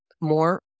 more